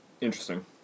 Interesting